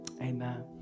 Amen